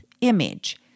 image